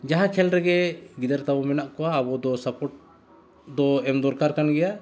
ᱡᱟᱦᱟᱸ ᱠᱷᱮᱞ ᱨᱮᱜᱮ ᱜᱤᱫᱟᱹᱨ ᱛᱟᱵᱚ ᱢᱮᱱᱟᱜ ᱠᱚᱣᱟ ᱟᱵᱚ ᱫᱚ ᱥᱟᱯᱚᱨᱴ ᱫᱚ ᱮᱢ ᱫᱚᱨᱠᱟᱨ ᱠᱟᱱ ᱜᱮᱭᱟ